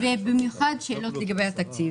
ובמיוחד שאלות לגבי התקציב.